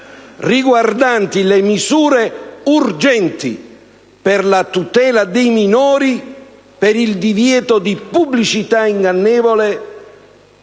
riguardanti le misure urgenti per la tutela dei minori, per il divieto di pubblicità ingannevole,